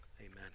Amen